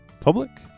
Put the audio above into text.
Public